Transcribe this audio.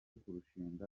kurushinga